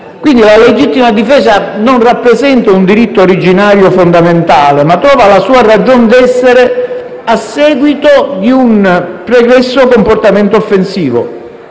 difesa. La legittima difesa, quindi, non rappresenta un diritto originario fondamentale, ma trova la sua ragion d'essere a seguito di un pregresso comportamento offensivo,